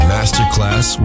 Masterclass